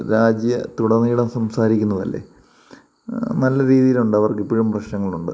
രാജ്യത്തുടന്നീളം സംസാരിക്കുന്നതല്ലേ നല്ല രീതിയിലുണ്ട് അവർക്കിപ്പോഴും പ്രശ്നങ്ങളുണ്ട്